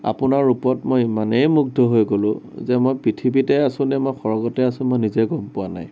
আপোনাৰ ওপৰত মই ইমানেই মুগ্ধ হৈ গ'লো যে মই পৃথিৱীতে আছোনে মই সৰগতে আছো মই নিজেই গম পোৱা নাই